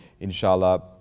Inshallah